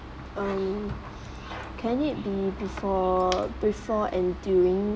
um can it be before before and during